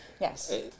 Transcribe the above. Yes